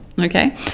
okay